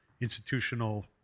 institutional